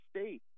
State